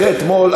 אחרי אתמול,